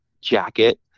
jacket